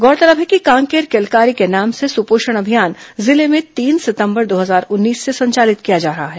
गौरतलब है कि कांकेर किलकारी के नाम से सुपोषण अभियान जिले में तीन सितंबर दो हजार उन्नीस से संचालित किया जा रहा है